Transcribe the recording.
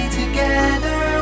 together